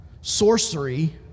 sorcery